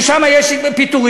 שם יש פיטורים.